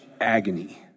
agony